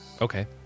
Okay